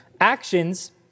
actions